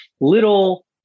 little